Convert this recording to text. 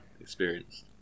experience